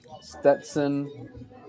Stetson